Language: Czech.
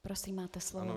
Prosím, máte slovo.